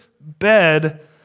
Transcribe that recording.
bed